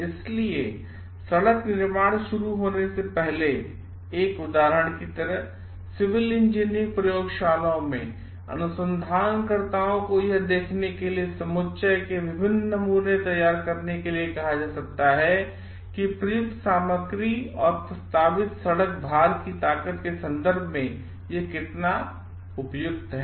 इसलिए सड़क निर्माण शुरू होने से पहले एक उदाहरण की तरह सिविल इंजीनियरिंग प्रयोगशालाओं में अनुसंधानकर्ताओं को यह देखने के लिए समुच्चय के विभिन्न नमूने तैयार करने के लिए कहा जा सकता है कि प्रयुक्त सामग्री और प्रस्तावित सड़क भार की ताकत के संदर्भ में यह कितना उपयुक्त है